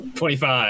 25